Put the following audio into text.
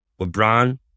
LeBron